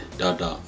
dada